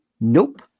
Nope